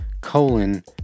colon